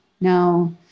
no